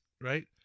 right